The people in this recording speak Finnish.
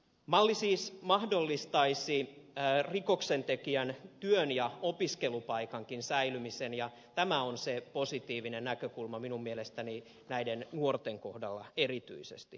malli siis mahdollistaisi rikoksentekijän työn ja opiskelupaikankin säilymisen ja tämä on se positiivinen näkökulma minun mielestäni näiden nuorten kohdalla erityisesti